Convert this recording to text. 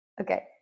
Okay